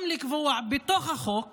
גם לקבוע בתוך החוק